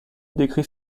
décrit